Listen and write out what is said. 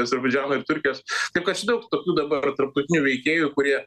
azerbaidžano ir turkijos tik aš daug tokių dabar tarptautinių veikėjų kurie